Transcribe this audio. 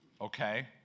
okay